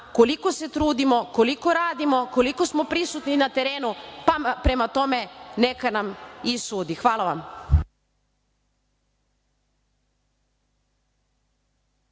koliko se trudimo, koliko radimo, koliko smo prisutni na terenu, pa prema tome neka nam i sudi. Hvala vam.